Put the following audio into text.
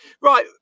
Right